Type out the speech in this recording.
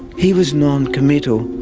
he was noncommittal,